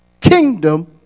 kingdom